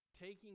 taking